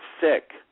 sick